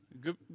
Good